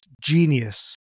genius